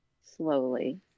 slowly